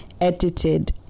edited